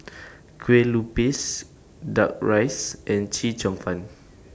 Kue Lupis Duck Rice and Chee Cheong Fun